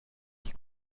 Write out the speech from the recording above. die